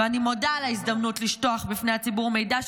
ואני מודה על ההזדמנות לשטוח בפני הציבור מידע,